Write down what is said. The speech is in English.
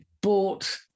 bought